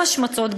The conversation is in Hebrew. גם השמצות,